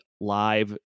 live